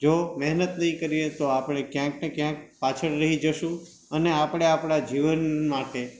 જો મેહનત નહીં કરીએ તો આપણે ક્યાંક ને ક્યાંક પાછળ રહી જઇશું અને આપણે આપણાં જીવન માટે